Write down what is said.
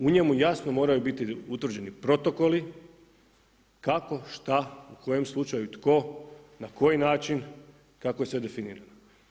U njemu jasno moraju biti utvrđeni protokoli kako, šta, u kojem slučaju, tko, na koji način, kako je sve definirano.